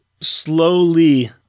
slowly